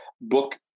book